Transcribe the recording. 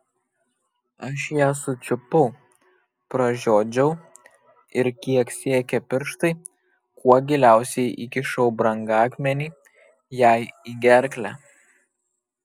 aš ją sučiupau pražiodžiau ir kiek siekė pirštai kuo giliausiai įkišau brangakmenį jai į gerklę